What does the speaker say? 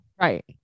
Right